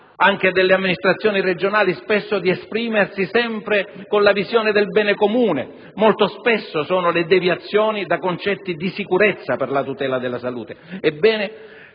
delle amministrazioni regionali di esprimersi sempre con la visione del bene comune: molto spesso vi sono deviazioni dai concetti di sicurezza per la tutela della salute.